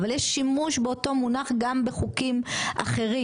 אבל יש שימוש באותו מונח גם בחוקים אחרים